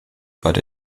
but